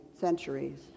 centuries